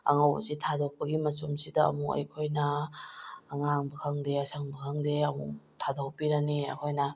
ꯑꯉꯧꯕꯁꯦ ꯊꯥꯗꯣꯛꯄꯒꯤ ꯃꯆꯨꯝꯁꯤꯗ ꯑꯃꯨꯛ ꯑꯩꯈꯣꯏꯅ ꯑꯉꯥꯡꯕ ꯈꯪꯗꯦ ꯑꯁꯪꯕ ꯈꯪꯗꯦ ꯑꯃꯨꯛ ꯊꯥꯗꯣꯛꯄꯤꯔꯅꯤ ꯑꯩꯈꯣꯏꯅ